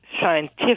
scientific